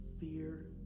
fear